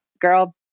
Girl